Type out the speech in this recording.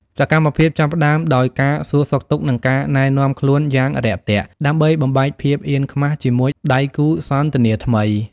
សកម្មភាពចាប់ផ្ដើមដោយការសួរសុខទុក្ខ និងការណែនាំខ្លួនយ៉ាងរាក់ទាក់ ដើម្បីបំបែកភាពអៀនខ្មាសជាមួយដៃគូសន្ទនាថ្មី។